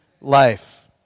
life